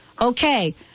okay